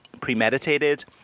premeditated